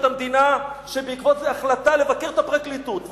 המדינה ובעקבות זה החלטה לבקר את הפרקליטות.